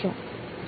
Student The